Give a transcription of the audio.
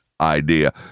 idea